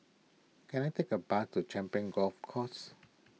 can I take a bus to Champions Golf Course